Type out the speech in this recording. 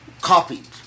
copied